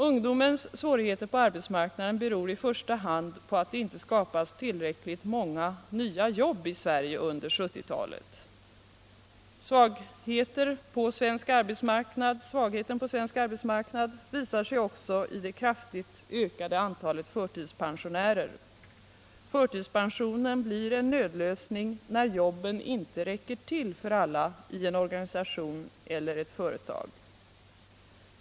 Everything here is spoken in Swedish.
Ungdomens svårigheter på arbetsmarknaden beror i första hand på att det inte skapats tillräckligt många nya jobb i Sverige under 1970-talet. Svagheten på svensk arbetsmarknad visar sig också i det kraftigt ökade antalet förtidspensionärer. Förtidspensionen blir en nödlösning när jobben inte räcker till för alla i en organisation eller ett företag.